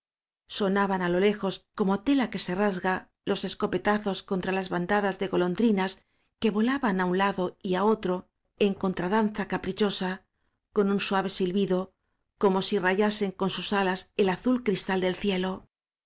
sonaban á lo le jos como tela que se rasga los escopetazos contra las bandadas de golondrinas que vola ban á un lado y á otro en contradanza capri chosa con un suave silbido como si rayasen con sus alas el azul cristal del cielo